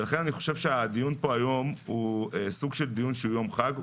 לכן אני חושב שהדיון כאן היום הוא סוג של דיון שמהווה יום חג.